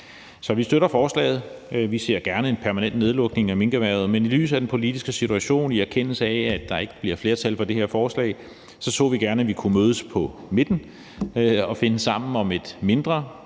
Så vi støtter forslaget. Vi ser gerne en permanent nedlukning af minkerhvervet, men i lyset af den politiske situation, og i erkendelse af at der ikke bliver flertal for det her forslag, så vi gerne, at vi kunne mødes på midten og finde sammen om et mindre,